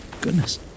Goodness